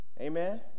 Amen